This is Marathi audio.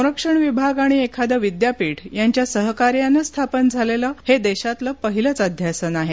संरक्षण विभाग आणि एखादं विद्यापीठ यांच्या सहकार्यानं स्थापन झालेलं हे देशातलं पहिलंच अध्यासन आहे